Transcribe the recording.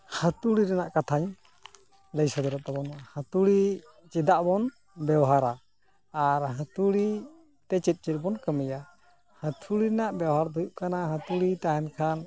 ᱦᱟᱹᱛᱩᱲᱤ ᱨᱮᱱᱟᱜ ᱠᱟᱛᱷᱟᱧ ᱞᱟᱹᱭ ᱥᱚᱫᱚᱨᱮᱫ ᱛᱟᱵᱚᱱᱟ ᱦᱟᱹᱛᱩᱲᱤ ᱪᱮᱫᱟᱜ ᱵᱚᱱ ᱵᱮᱣᱦᱟᱨᱟ ᱟᱨ ᱦᱟᱹᱛᱩᱲᱤ ᱛᱮ ᱪᱮᱫ ᱪᱮᱫ ᱵᱚᱱ ᱠᱟᱹᱢᱤᱭᱟ ᱦᱟᱹᱛᱷᱩᱲᱤ ᱨᱮᱱᱟᱜ ᱵᱮᱣᱦᱟᱨ ᱫᱚ ᱦᱩᱭᱩᱜ ᱠᱟᱱᱟ ᱦᱟᱹᱛᱷᱩᱲᱤ ᱛᱟᱦᱮᱱ ᱠᱷᱟᱱ